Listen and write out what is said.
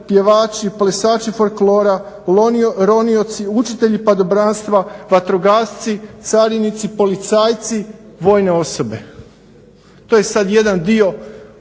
pjevači, plesači folklora, ronioci, učitelji padobranstva, vatrogasci, carinici, policajci, vojne osobe. To je sad jedan dio